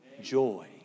Joy